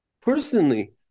personally